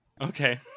Okay